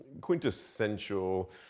quintessential